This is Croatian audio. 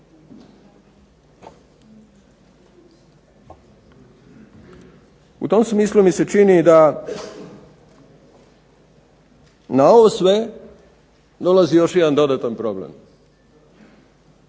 U tom smislu mi se čini da na ovo sve dolazi još jedan dodatan problem.